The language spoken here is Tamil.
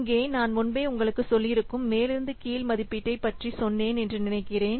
இங்கே நான் முன்பே உங்களுக்குச் சொல்லியிருக்கும் மேலிருந்து கீழ் மதிப்பீட்டை பற்றி சொன்னேன் என்று நினைக்கிறேன்